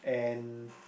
and